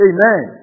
Amen